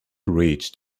reached